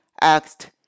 asked